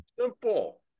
Simple